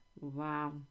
Wow